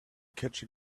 catch